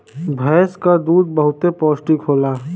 भैंस क दूध बहुते पौष्टिक होला